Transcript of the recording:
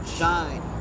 shine